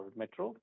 metro